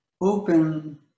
open